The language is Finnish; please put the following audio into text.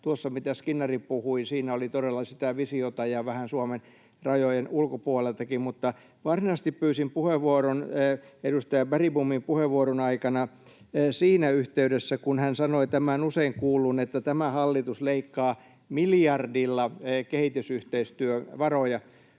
tuossa, mitä Skinnari puhui, oli todella sitä visiota ja vähän Suomen rajojen ulkopuoleltakin. Varsinaisesti pyysin puheenvuoron edustaja Bergbomin puheenvuoron aikana siinä yhteydessä, kun hän sanoi tämän usein kuullun, että ”tämä hallitus leikkaa miljardilla kehitysyhteistyövaroja”.